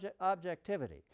objectivity